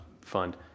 fund